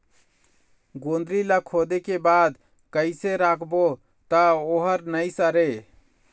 गोंदली ला खोदे के बाद कइसे राखबो त ओहर नई सरे?